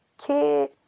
Kid